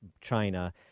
China